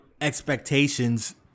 expectations